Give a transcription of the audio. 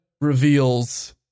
reveals